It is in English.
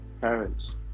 parents